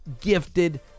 gifted